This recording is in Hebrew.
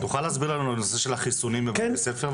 תוכל להסביר לנו על הנושא של החיסונים בבתי הספר?